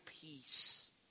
peace